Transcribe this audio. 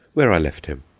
where i left him.